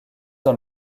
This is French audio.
dans